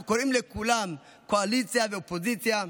אנחנו קוראים לכולם, קואליציה ואופוזיציה: